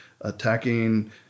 attacking